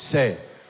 Say